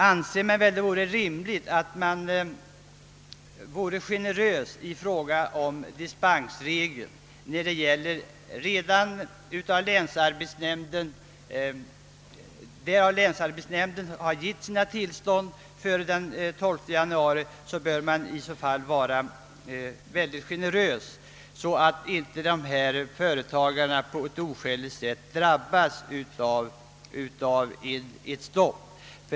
Det vore därför rimligt med en synnerligen generös tolkning av dispensreglerna när det gäller av länsarbetsnämnden redan före den 12 januari lämnade tillstånd, så att inte affärsinnehavarna på ett oskäligt sätt drabbas av ett stopp.